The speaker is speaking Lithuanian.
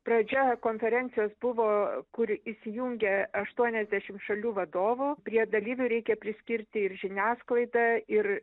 pradžia konferencijos buvo kur įsijungia aštuoniasdešimt šalių vadovų prie dalyvių reikia priskirti ir žiniasklaidą ir